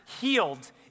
healed